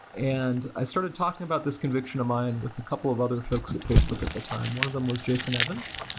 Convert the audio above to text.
and i started talking about this conviction of mine with a couple of other folks at facebook at the time. one of them was jason evans.